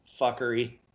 fuckery